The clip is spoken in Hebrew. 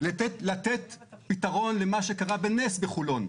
לתת פתרון למה שקרה בנס בחולון.